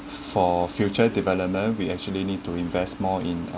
for future development we actually need to invest more in uh